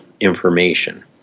information